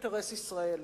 הן אינטרס ישראלי.